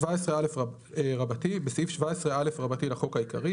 בסעיף 17א לחוק העיקרי,